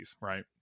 right